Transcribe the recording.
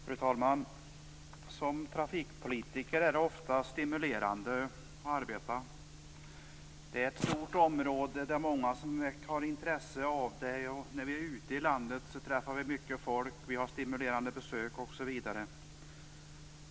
Fru talman! Det är ofta stimulerande att arbeta som trafikpolitiker. Trafikpolitiken är ett stort område, som många är intresserade av. När man är ute i landet träffar man mycket folk, man får stimulerande besök osv.